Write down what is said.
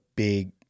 big